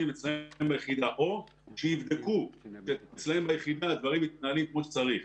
או שיבדקו אצלם ביחידה האם הדברים מתנהלים כמו שצריך.